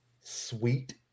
sweet